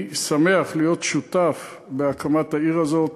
אני שמח להיות שותף בהקמת העיר הזאת,